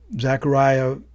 Zechariah